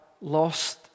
lost